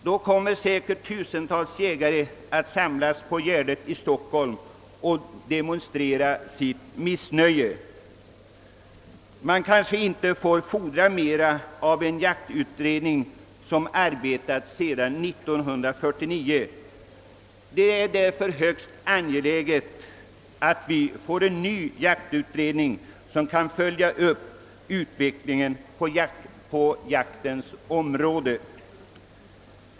Då kommer säkert tusentals jägare att sam las på Gärdet i Stockholm och demonstrera sitt missnöje. Man kanske inte får fordra mera av en jaktutredning som arbetat sedan 1949. Det är därför högst angeläget att vi får en ny jaktutredning som kan följa upp utvecklingen på jaktens område.